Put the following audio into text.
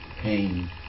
pain